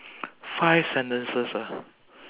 five sentences ah